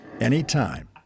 anytime